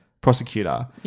prosecutor